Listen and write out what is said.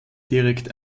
direkt